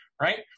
right